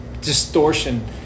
distortion